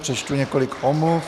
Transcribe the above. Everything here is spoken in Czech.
Přečtu několik omluv.